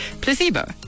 placebo